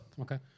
okay